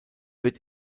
wird